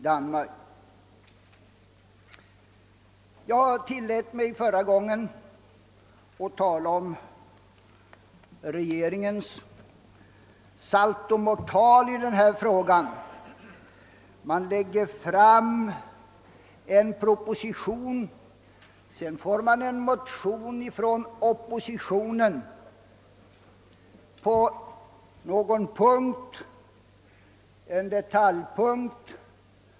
Jag har tillåtit mig att tala om regeringens saltomortal i den här frågan. Det framlades först en proposition och därefter kom en motion ifrån oppositionen avseende en detalj.